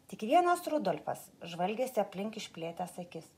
tik vienas rudolfas žvalgėsi aplink išplėtęs akis